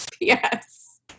Yes